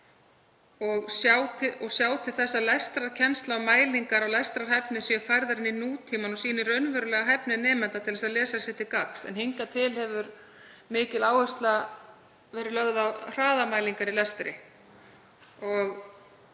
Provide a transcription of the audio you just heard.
og sjá til þess að lestrarkennsla og mælingar á lestrarhæfni séu færðar inn í nútímann og sýni raunverulega hæfni nemenda til að lesa sér til gagns. Hingað til hefur mikil áhersla verið lögð á hraðamælingar í lestri.